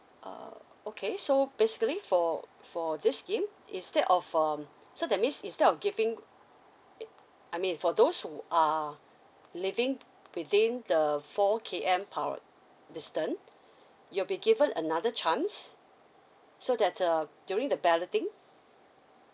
uh okay so basically for for this scheme instead of um so that means instead of giving uh I mean for those who are living within the four K_M prio~ distant you'll be given another chance so that uh during the balloting